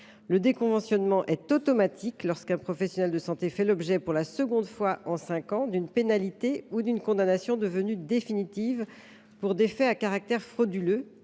Le déconventionnement est automatique lorsqu’un professionnel de santé fait l’objet, pour la seconde fois en cinq ans, d’une pénalité ou d’une condamnation devenue définitive pour des faits à caractère frauduleux